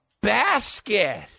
basket